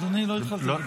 אדוני, לא התחלת לדבר.